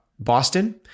Boston